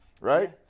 Right